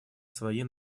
своей